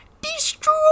destroy